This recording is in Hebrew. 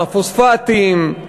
מהפוספטים,